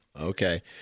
Okay